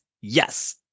yes